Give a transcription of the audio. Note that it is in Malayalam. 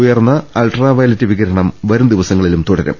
ഉയർന്ന അൾട്രാ വയ ലറ്റ് വികിരണം വരും ദിവസങ്ങളിലും തുടരും